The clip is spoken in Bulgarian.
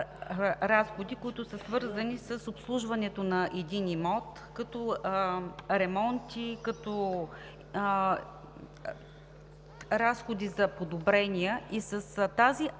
които са свързани с обслужването на един имот, като ремонти, като разходи за подобрения и с тази